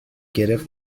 گرفت